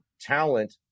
talent